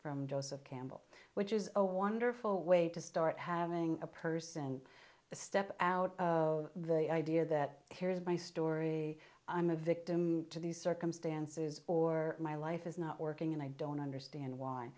from joseph campbell which is a wonderful way to start having a person to step out of the idea that here's my story i'm a victim to these circumstances or my life is not working and i don't understand why